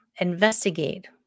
investigate